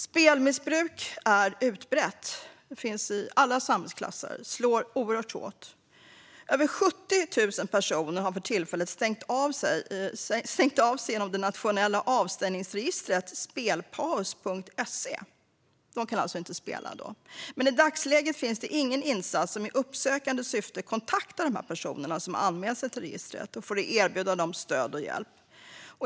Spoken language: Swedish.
Spelmissbruk är utbrett. Det finns i alla samhällsklasser och slår oerhört hårt. Över 70 000 personer har för tillfället stängt av sig i det nationella avstängningsregistret Spelpaus. De kan då inte spela. Men i dagsläget finns ingen insats som i uppsökande syfte kontaktar dessa personer som har anmält sig till registret för att erbjuda dem stöd och hjälp.